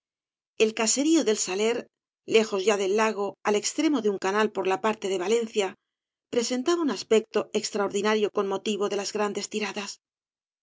el caserío del saler lejos ya del lago ai extremo de un canal por la parte de valencia presentaba un aspecto extraordinario con motivo de las grandes tiradas